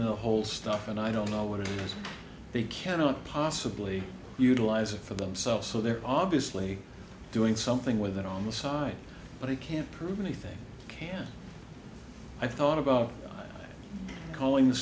the whole stuff and i don't know what they cannot possibly utilize it for themselves so they're obviously doing something with it on the side but i can't prove anything can i thought about calling the